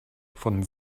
von